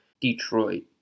Detroit